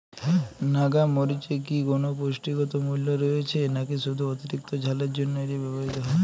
নাগা মরিচে কি কোনো পুষ্টিগত মূল্য রয়েছে নাকি শুধু অতিরিক্ত ঝালের জন্য এটি ব্যবহৃত হয়?